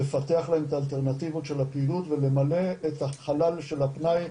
לפתח להם את האלטרנטיבות של הפעילות ולמלא את החלל של הפנאי.